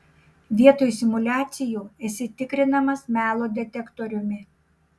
vietoj simuliacijų esi tikrinamas melo detektoriumi